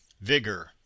Vigor